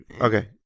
Okay